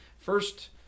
first